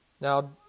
Now